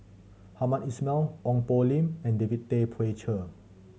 Hamed Ismail Ong Poh Lim and David Tay Poey Cher